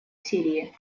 сирии